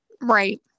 Right